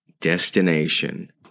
destination